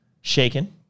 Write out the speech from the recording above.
shaken